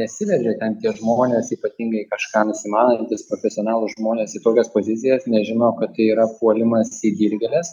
nesiveržia ten tie žmonės ypatingai kažką nusimanantys profesionalūs žmonės į tokias pozicijas nežino kad tai yra puolimas į dilgėles